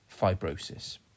fibrosis